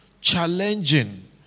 challenging